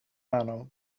manner